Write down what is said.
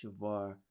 Shavar